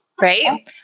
right